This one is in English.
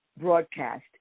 broadcast